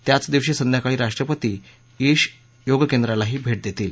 त्याच दिवशी संध्याकाळी राष्ट्रपती ईश योगकेंद्रालाही भे दितील